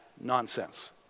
nonsense